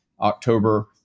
October